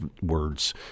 words